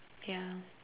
yeah